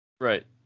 Right